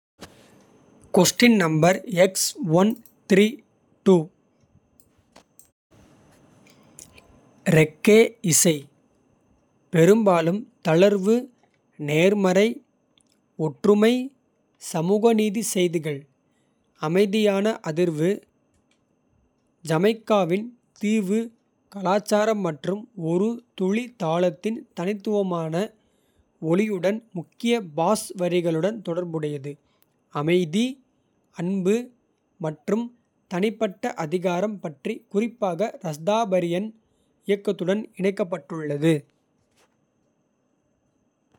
ரெக்கே இசை பெரும்பாலும் தளர்வு நேர்மறை ஒற்றுமை. சமூக நீதிச் செய்திகள் அமைதியான அதிர்வு ஜமைக்காவின். தீவு கலாச்சாரம் மற்றும் ஒரு துளி தாளத்தின் தனித்துவமான. ஒலியுடன் முக்கிய பாஸ் வரிகளுடன் தொடர்புடையது அமைதி. அன்பு மற்றும் தனிப்பட்ட அதிகாரம் பற்றி குறிப்பாக. ரஸ்தாபரியன் இயக்கத்துடன் இணைக்கப்பட்டுள்ளது.